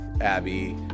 Abby